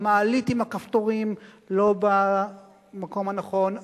המעלית עם הכפתורים במקום הלא-נכון,